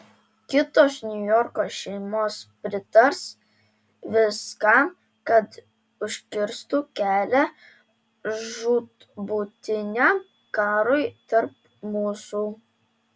kitos niujorko šeimos pritars viskam kad užkirstų kelią žūtbūtiniam karui tarp mūsų